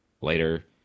later